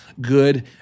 good